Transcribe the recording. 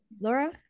Laura